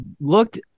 looked